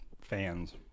fans